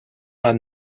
are